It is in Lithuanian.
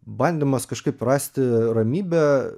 bandymas kažkaip rasti ramybę